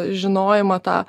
žinojimą tą